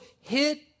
hit